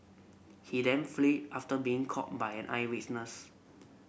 he then flee after being caught by an eyewitness